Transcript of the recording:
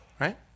Right